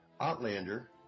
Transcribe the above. Outlander